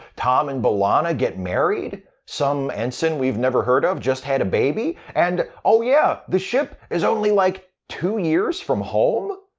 tom and b'elanna get married, some ensign we've never heard of just had a baby, and oh yeah, the ship is only like two years from home?